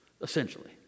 essentially